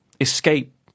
escape